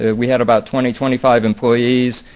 ah we had about twenty, twenty five employees.